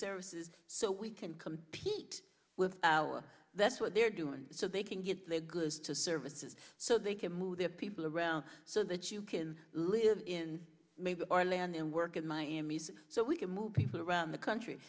services so we can compete with our that's what they're doing so they can get their goods to services so they can move their people around so that you can live in maybe our land and work in miami so we can move people around the country